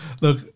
look